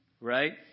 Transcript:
Right